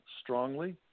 strongly